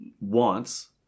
wants